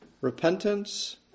repentance